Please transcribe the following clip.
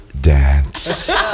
dance